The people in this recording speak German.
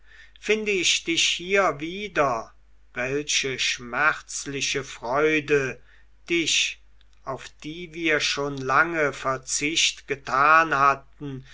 finde ich dich hier wieder welche schmerzliche freude dich auf die wir schon lange verzicht getan hatten